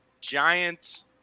Giants